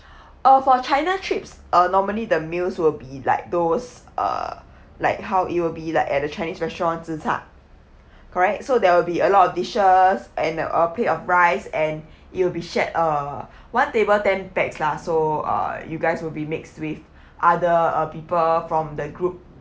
uh for china trips uh normally the meals will be like those uh like how it will be like at a chinese restaurant zhi cha correct so there will be a lot of dishes and uh plate of rice and you will be shared a one table ten pax lah so uh you guys will be mixed with other uh people from the group